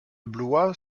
blois